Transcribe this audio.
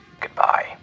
Goodbye